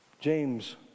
James